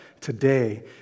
today